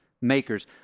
makers